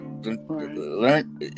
Learn